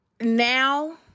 now